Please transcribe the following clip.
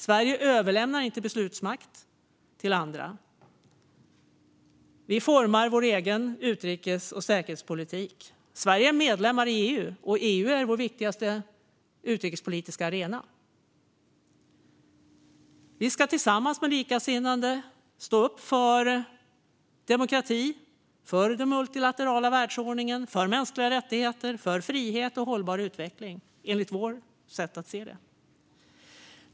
Sverige överlämnar inte beslutsmakt till andra. Vi formar vår egen utrikes och säkerhetspolitik. Sverige är medlem i EU, och EU är vår viktigaste utrikespolitiska arena. Vi ska tillsammans med likasinnade stå upp för demokrati, för den multilaterala världsordningen, för mänskliga rättigheter och för frihet och hållbar utveckling, enligt vårt sätt att se det.